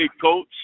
Coach